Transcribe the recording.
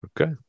Okay